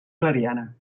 clariana